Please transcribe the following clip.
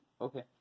Okay